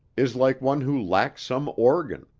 is like one who lacks some organ,